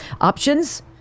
options